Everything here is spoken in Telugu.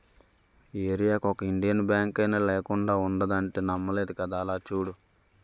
ఏరీయాకి ఒక ఇండియన్ బాంకైనా లేకుండా ఉండదంటే నమ్మలేదు కదా అలా చూడు